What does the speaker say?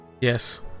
Yes